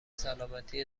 سلامتی